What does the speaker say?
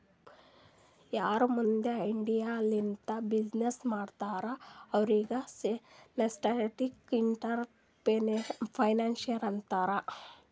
ಯಾರು ತಮ್ದು ಐಡಿಯಾ ಲಿಂತ ಬಿಸಿನ್ನೆಸ್ ಮಾಡ್ತಾರ ಅವ್ರಿಗ ನಸ್ಕೆಂಟ್ಇಂಟರಪ್ರೆನರ್ಶಿಪ್ ಅಂತಾರ್